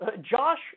Josh